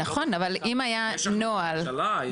נכון, אבל אם היה נוהל --- יש ממשלה.